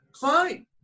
fine